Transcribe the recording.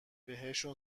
بهشون